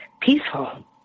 peaceful